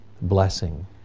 blessing